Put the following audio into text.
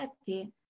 happy